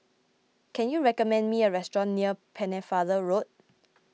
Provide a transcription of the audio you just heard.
can you recommend me a restaurant near Pennefather Road